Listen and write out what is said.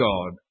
God